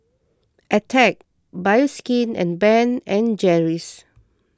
Attack Bioskin and Ben and Jerry's